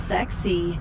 Sexy